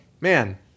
man